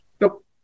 Nope